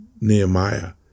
Nehemiah